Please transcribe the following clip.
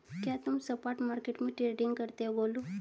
क्या तुम spot market में ट्रेडिंग करते हो गोलू?